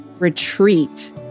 retreat